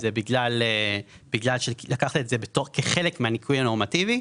זה בגלל שלקחת את זה כחלק מהניכוי הנורמטיבי,